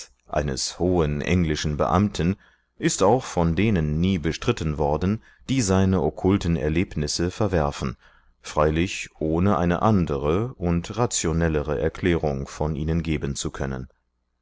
eines hohen englischen beamten die auch von denen nie bestritten worden die seine okkulten erlebnisse verwerfen freilich ohne eine andere und rationellere erklärung von ihnen geben zu können